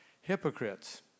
hypocrites